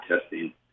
testing